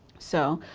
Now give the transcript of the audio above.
so,